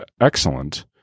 excellent